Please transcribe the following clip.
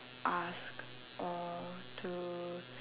ask or to